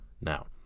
now